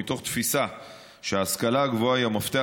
ומתוך תפיסה שההשכלה הגבוהה היא המפתח